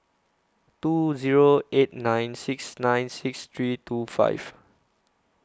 two Zero eight nine six nine six three two five